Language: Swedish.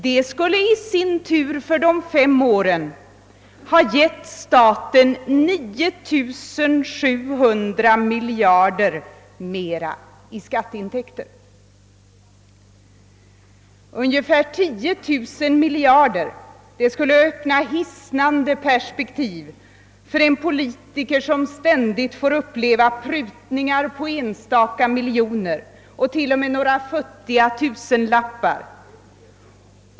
Det skulle i sin tur för de fem åren ha givit staten 9700 miljoner kronor mera i skatteintäkter. Ungefär 10 000 miljoner kronor skulle öppna hisnande perspektiv för en politiker som ständigt får uppleva prutningar på enstaka miljoner och till och med på några futtiga tusenlappar.